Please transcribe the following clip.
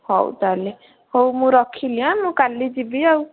ହଉ ତା' ହେଲେ ହଉ ମୁଁ ରଖିଲି ମୁଁ କାଲି ଯିବି ଆଉ